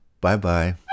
Bye-bye